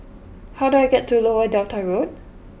How do I get to Lower Delta Road